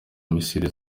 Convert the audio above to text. missiles